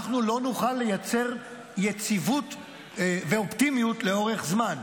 אנחנו לא נוכל לייצר יציבות ואופטימיות לאורך זמן,